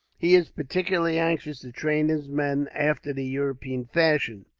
he is particularly anxious to train his men after the european fashion,